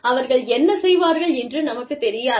அவர்கள் என்ன செய்வார்கள் என்று நமக்கு தெரியாது